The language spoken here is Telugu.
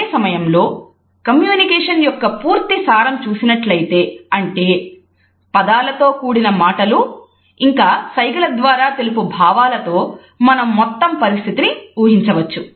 అదే సమయంలో కమ్యూనికేషన్ యొక్క పూర్తి సారం చూసినట్లయితే అంటే పదాలతో కూడిన మాటలు ఇంకా సైగల ద్వారా తెలుపు భావాలతో మనం మొత్తం పరిస్థితిని ఊహించ వచ్చు